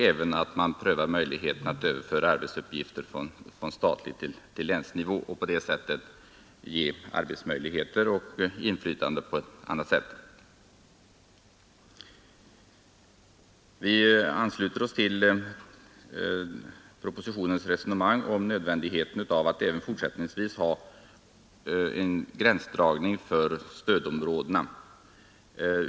Även möjligheten att överföra arbetsuppgifter från statlig nivå till länsnivå bör prövas. Vi ansluter oss till propositionens resonemang om nödvändigheten av att även fortsättningsvis ha en gränsdragning för stödområdena.